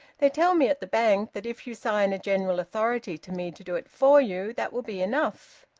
they tell me at the bank that if you sign a general authority to me to do it for you, that will be enough.